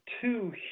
two